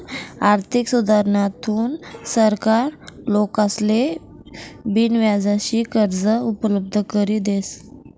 आर्थिक सुधारणाथून सरकार लोकेसले बिनव्याजी कर्ज उपलब्ध करी देस